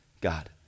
God